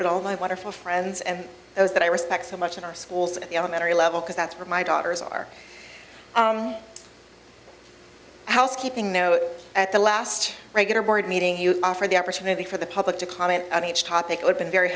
my wonderful friends and those that i respect so much in our schools at the elementary level because that's where my daughters are housekeeping note at the last regular board meeting offered the opportunity for the public to comment on each topic i've been very